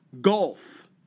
gulf